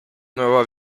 nueva